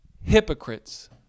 hypocrites